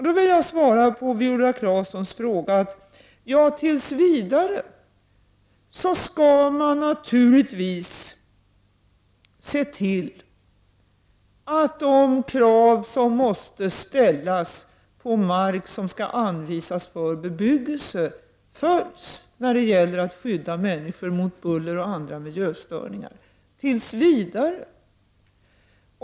På Viola Claessons fråga vill jag svara så här: tills vidare skall man naturligtvis se till att de krav som måste ställas på mark som skall anvisas för bebyggelse föjs vad gäller att skydda människor mot buller och annan miljöförstöring.